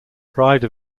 pride